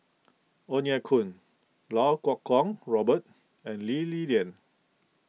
Ong Ye Kung Lau Kuo Kwong Robert and Lee Li Lian